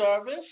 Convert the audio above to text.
service